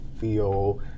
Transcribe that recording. feel